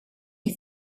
you